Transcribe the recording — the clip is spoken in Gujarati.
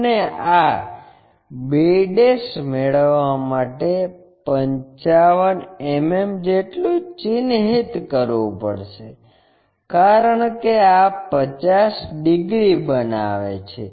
અને આ b મેળવવા માટે 55 mm જેટલું ચિહ્નિત કરવું પડશે કારણ કે આ 50 ડિગ્રી બનાવે છે